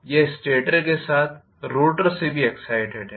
यह स्टेटर के साथ साथ रोटर से भी एग्ज़ाइटेड है